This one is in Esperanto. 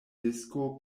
disko